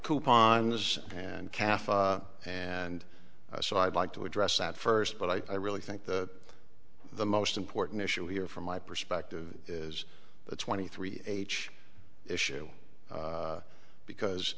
coupons and cafes and so i'd like to address at first but i really think that the most important issue here from my perspective is the twenty three h issue because